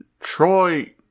Troy